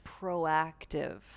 proactive